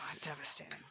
devastating